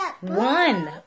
one